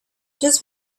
just